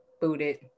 booted